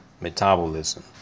metabolism